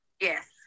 Yes